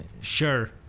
Sure